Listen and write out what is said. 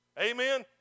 Amen